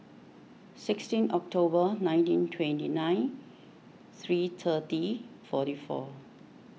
sixteen October nineteen twenty nine three thirty forty four